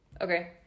Okay